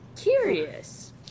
Curious